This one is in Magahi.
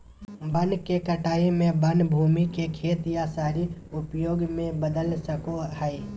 वन के कटाई में वन भूमि के खेत या शहरी उपयोग में बदल सको हइ